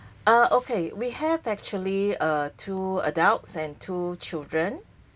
ah okay we have actually uh two adults and two children